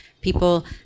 people